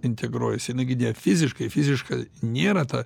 integruojasi jinai gi ne fiziškai fiziška nėra ta